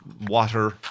water